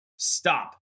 Stop